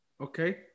Okay